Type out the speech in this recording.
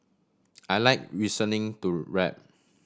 I like listening to rap